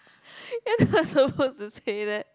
you are not supposed to say that